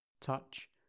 touch